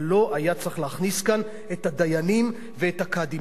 אבל לא היה צריך להכניס כאן את הדיינים ואת הקאדים.